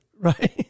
right